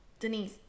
Denise